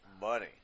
money